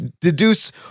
deduce